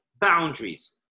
boundaries